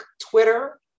Twitter